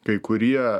kai kurie